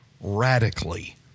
radically